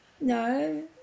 No